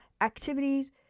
Activities